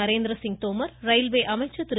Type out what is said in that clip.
Narendra Singh Tomar railway அமைச்சர் திரு